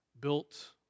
built